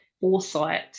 foresight